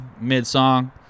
mid-song